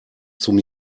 zum